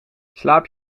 slaap